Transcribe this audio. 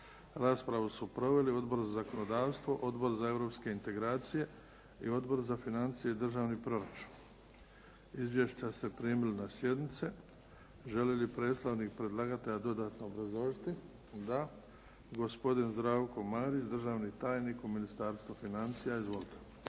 Raspravu su proveli Odbor za zakonodavstvo, Odbor za europske integracije i Odbor za financije i državni proračun. Izvješća ste primili na sjednici. Želi li predstavnik predlagatelja dodatno obrazložiti? Da. Gospodin Zdravko Marić, državni tajnik u Ministarstvu financija. Izvolite.